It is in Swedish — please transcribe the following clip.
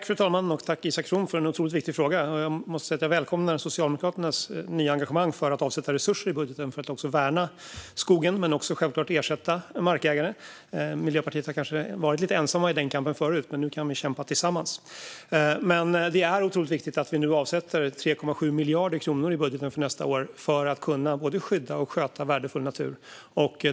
Fru talman! Tack, Isak From, för en otroligt viktig fråga! Jag måste säga att jag välkomnar Socialdemokraternas nya engagemang för att avsätta resurser i budgeten för att värna skogen och också ersätta markägare. Vi i Miljöpartiet har kanske varit lite ensamma i den kampen förut, men nu kan vi kämpa tillsammans. Det är otroligt viktigt att vi nu avsätter 3,7 miljarder kronor i budgeten för nästa år för att kunna skydda och sköta värdefull natur.